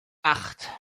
acht